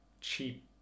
cheap